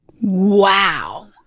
wow